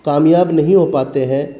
کامیاب نہیں ہو پاتے ہیں